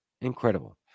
Incredible